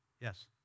Yes